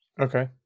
Okay